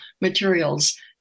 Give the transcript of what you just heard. materials